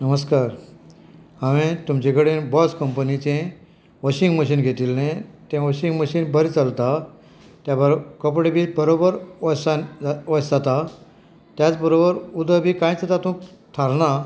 नमस्कार हांवें तुमचे कडेन बोस कंपनीचें वॉशींग मशीन घेतिल्लें तें वॉशींग मशीन बरें चलता त्या भायर कपडे बी बरोबर वॉशान वॉश जाता त्याच बरोबर उदक बी कांयच तातूंत थारना